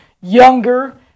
younger